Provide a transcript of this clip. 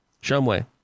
Shumway